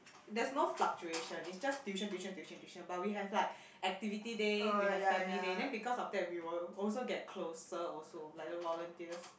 that's not fluctuation is just tuition tuition tuition tuition but we have like activity day we have family day then because of that we will also get closer also like the volunteers